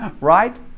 Right